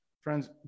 Friends